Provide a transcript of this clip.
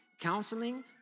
counseling